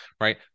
right